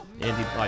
Andy